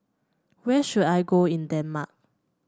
where should I go in Denmark